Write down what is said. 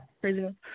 crazy